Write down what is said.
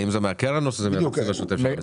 האם זה מהקרן או שזה מהתקציב השוטף של המשרד?